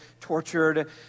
tortured